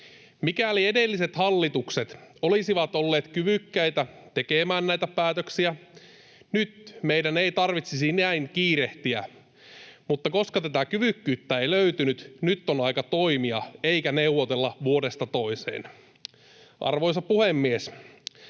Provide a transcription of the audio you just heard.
Mikäli edelliset hallitukset olisivat olleet kyvykkäitä tekemään näitä päätöksiä, nyt meidän ei tarvitsisi näin kiirehtiä. Mutta koska tätä kyvykkyyttä ei löytynyt, nyt on aika toimia eikä neuvotella vuodesta toiseen. Arvoisa puhemies!